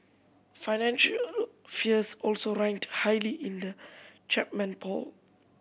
financial fears also ranked highly in the Chapman poll